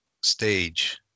stage